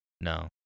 No